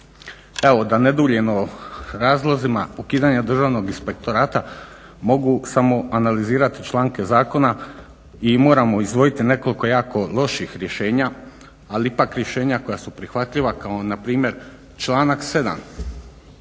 Evo da ne duljim o razlozima ukidanja Državnog inspektorata mogu samo analizirati članke zakona i moramo izdvojiti nekoliko jako loših rješenja ali ipak rješenja koja su prihvatljiva kao npr. članak 7.